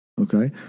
okay